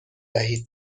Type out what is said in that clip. دهید